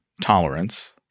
tolerance